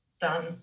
done